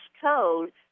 code